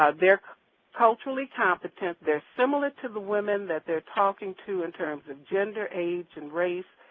ah they're culturally competent. they're similar to the women that they're talking to in terms of gender, age, and race.